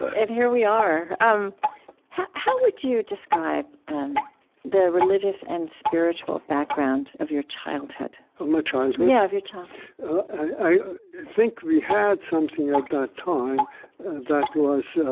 and here we are. um how how would you describe the religious and spiritual background of your childhood? of my childhood? yeah of your childhood i think we had something at that time that was